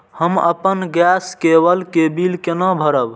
हम अपन गैस केवल के बिल केना भरब?